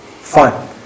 Fine